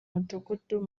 mudugudu